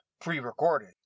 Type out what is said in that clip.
pre-recorded